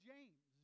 James